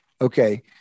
okay